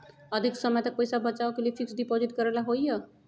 अधिक समय तक पईसा बचाव के लिए फिक्स डिपॉजिट करेला होयई?